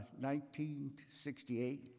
1968